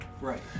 Right